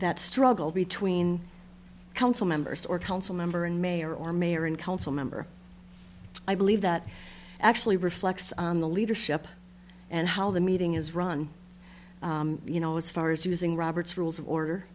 that struggle between council members or council member and mayor or mayor and council member i believe that actually reflects the leadership and how the meeting is run you know as far as using robert's rules of order